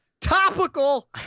Topical